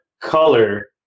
color